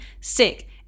Sick